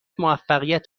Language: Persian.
موفقیت